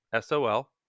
SOL